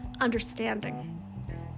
understanding